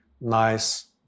nice